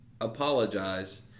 apologize